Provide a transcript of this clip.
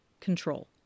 Control